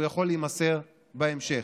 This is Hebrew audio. הוא יכול להימסר בהמשך.